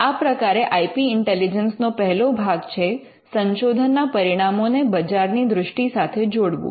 આ પ્રકારે IP intelligence નો પહેલો ભાગ છે સંશોધનના પરિણામોને બજારની દ્રષ્ટિ સાથે જોડવું